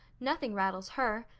nothing rattles her.